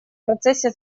процессе